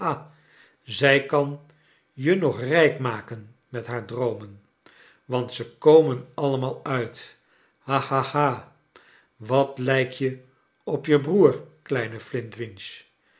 zij kan je nog rijk maken met haar droomen want ze komen allemaal uit ha ha ha wat lijk je op je broer kleine